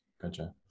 gotcha